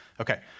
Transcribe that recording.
Okay